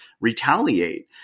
retaliate